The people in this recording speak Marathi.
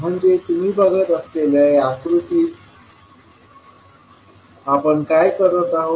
म्हणजे तुम्ही बघत असलेल्या या आकृतीत आपण काय करत आहोत